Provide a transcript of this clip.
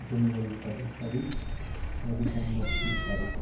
जनवरी छब्बिस तारिक र डिसेम्बर तिस तारिक